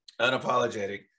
unapologetic